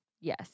Yes